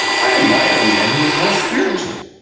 i admire a man who is more spiritual,